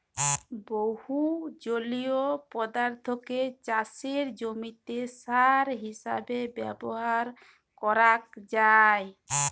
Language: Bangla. বহু জলীয় পদার্থকে চাসের জমিতে সার হিসেবে ব্যবহার করাক যায়